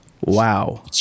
Wow